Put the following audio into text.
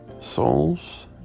Souls